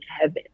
heaven